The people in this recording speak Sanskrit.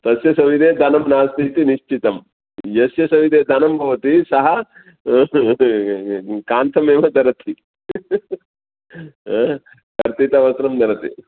तस्य सविधे धनं नास्ति इति निश्चितं यस्य सविधे धनं भवति सः कान्तमेव धरति हा पर्पिकवस्त्रं धरति